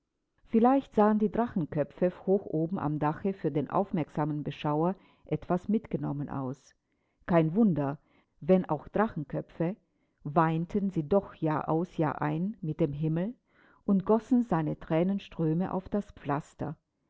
vielleicht sahen die drachenköpfe hoch oben am dache für den aufmerksamen beschauer etwas mitgenommen aus kein wunder wenn auch drachenköpfe weinten sie doch jahraus jahrein mit dem himmel und gossen seine thränenströme auf das pflaster